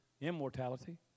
immortality